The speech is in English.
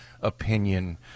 opinion